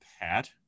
pat